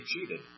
Cheated